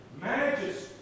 Majesty